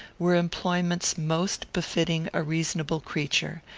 were employments most befitting a reasonable creature,